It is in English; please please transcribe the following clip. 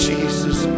Jesus